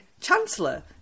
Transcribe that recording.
Chancellor